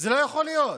יכול להיות.